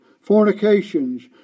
Fornications